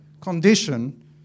condition